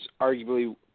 arguably